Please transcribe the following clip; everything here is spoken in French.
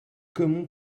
comment